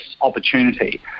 opportunity